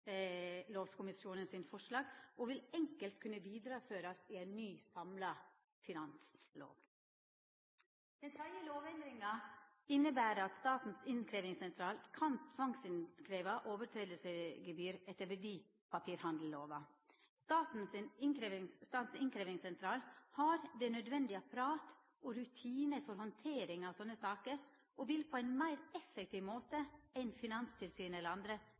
forslag og vil enkelt kunna førast vidare i ei ny samla finanslov. Den tredje lovendringa ber i seg at Statens innkrevjingssentral kan krevja inn med tvang gebyr for brot etter verdipapirhandellova. Statens innkrevjingssentral har det nødvendige apparatet og rutinar for handtering av slike saker og vil på ein meir effektiv måte enn Finanstilsynet eller andre